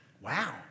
Wow